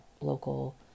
local